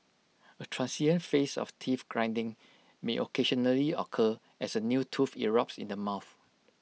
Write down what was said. A transient phase of teeth grinding may occasionally occur as A new tooth erupts in the mouth